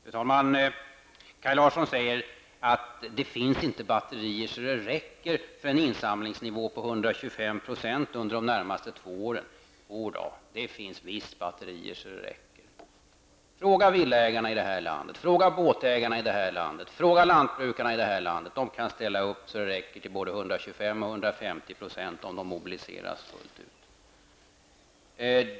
Fru talman! Kaj Larsson säger att det inte finns batterier så det räcker för en insamlingsnivå på 125 % under de närmaste två åren. Jodå, det finns visst batterier så det räcker! Fråga villaägarna här i landet, fråga båtägarna här i landet, fråga lantbrukarna här i landet! De kan ställa upp så det räcker till både 125 och 150 % om de mobilieras fullt ut.